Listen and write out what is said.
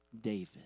David